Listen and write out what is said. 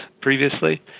previously